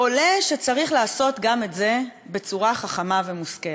עולה שצריך לעשות גם את זה בצורה חכמה ומושכלת.